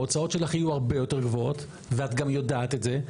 ההוצאות שלך יהיו הרבה יותר גבוהות ואת גם יודעת את זה.